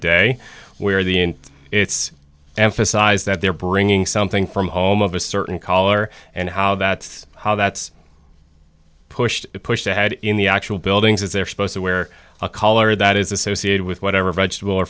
day where the and it's emphasized that they're bringing something from home of a certain color and how that's how that's pushed pushed ahead in the actual buildings as they're supposed to wear a collar that is associated with whatever vegetable or